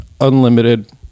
unlimited